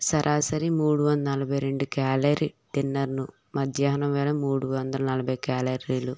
సరాసరి మూడువందల నలబైరెండు క్యాలరీ తిన్నాను మధ్యాహ్నం వేళ మూడువందల నలబై క్యాలరీలు